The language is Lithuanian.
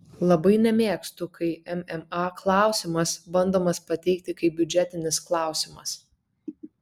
labai nemėgstu kai mma klausimas bandomas pateikti kaip biudžetinis klausimas